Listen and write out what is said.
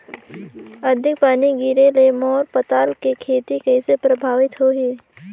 अधिक पानी गिरे ले मोर पताल के खेती कइसे प्रभावित होही?